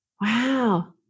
Wow